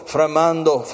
Framando